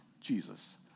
Jesus